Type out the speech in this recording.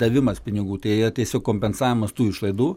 davimas pinigų tai yra tiesiog kompensavimas tų išlaidų